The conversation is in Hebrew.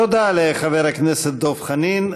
תודה לחבר הכנסת דב חנין.